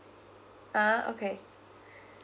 ah okay